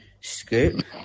Scoop